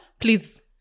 Please